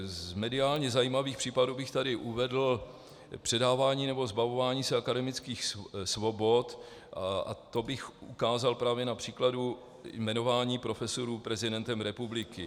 Z mediálně zajímavých případů bych tady uvedl předávání nebo zbavování se akademických svobod a to bych ukázal právě na příkladu jmenování profesorů prezidentem republiky.